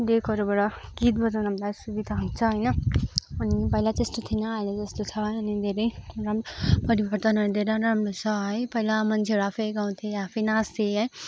डेकहरूबाट गीत बजाउनु हामीलाई सुविधा हुन्छ होइन अनि पहिला त्यस्तो थिएन अहिले चाहिँ यस्तो छ अनि धेरै परिवर्तनहरू धेरै राम्रो छ है पहिला मान्छेहरू आफै गाउँथे आफै नाच्थे है